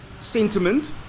sentiment